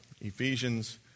Ephesians